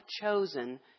chosen